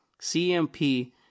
CMP